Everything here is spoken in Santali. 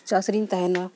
ᱪᱟᱥᱨᱤᱧ ᱛᱟᱦᱮᱱᱟ